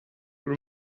tout